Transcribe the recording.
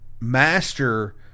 Master